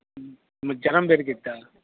మరి జ్వరం పెరుగుతుందా